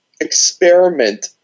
experiment